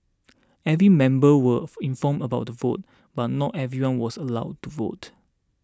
every member was informed about the vote but not everyone was allowed to vote